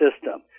system